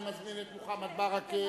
אני מזמין את מוחמד ברכה